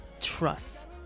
trust